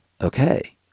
Okay